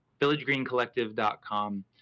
villagegreencollective.com